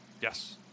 Yes